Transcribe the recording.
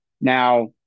Now